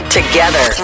together